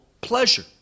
pleasure